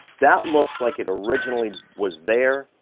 that looks like it originally was there.